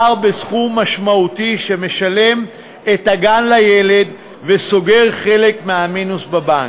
מדובר בסכום משמעותי שמשלם את הגן לילד וסוגר חלק מהמינוס בבנק.